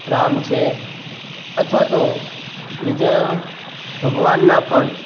રામ છે અથવા તો બીજા ભગવાનનાં પણ